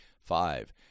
Five